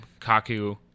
Kaku